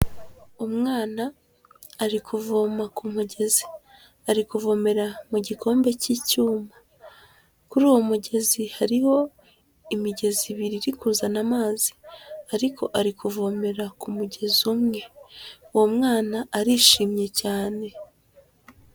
Umwana ari kuvoma ku mugezi. Ari kuvomera mu gikombe cy'icyuma. Kuri uwo mugezi hariho imigezi ibiri iri kuzana amazi. Ariko ari kuvomera ku mugezi umwe. Uwo mwana arishimye cyane.